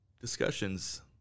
discussions